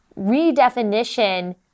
redefinition